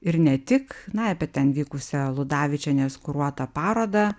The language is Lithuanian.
ir ne tik na apie ten vykusią ludavičienės kuruotą parodą